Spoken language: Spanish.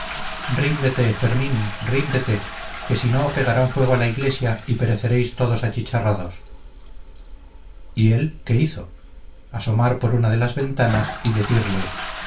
ríndete fermín ríndete que si no pegarán fuego a la iglesia y pereceréis todos achicharrados y él qué hizo asomar por una de las ventanas y decirle